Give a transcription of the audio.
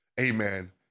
amen